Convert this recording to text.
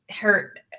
hurt